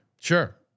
Sure